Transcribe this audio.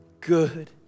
good